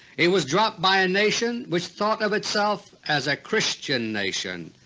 it was dropped by a nation which thought of itself as a christian nation,